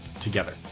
together